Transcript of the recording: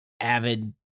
avid